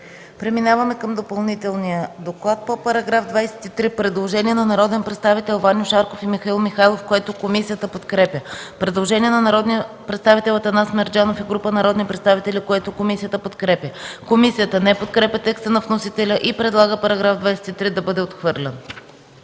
Преминаваме към допълнителния доклад. По § 23 има предложение на народните представители Ваньо Шарков и Михаил Михайлов, което комисията подкрепя. Предложение на народния представител Атанас Мерджанов и група народни представители, което комисията подкрепя. Комисията не подкрепя текста на вносителя и предлага § 23 да бъде отхвърлен.